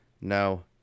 no